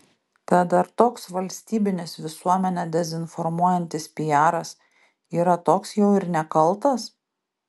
tad ar toks valstybinis visuomenę dezinformuojantis piaras yra toks jau ir nekaltas